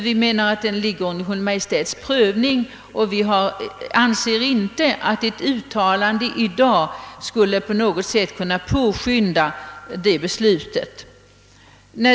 Vi menar, att den frågan ligger under Kungl. Maj:ts prövning och att ett uttalande i dag inte på något sätt skulle påskynda beslutet där.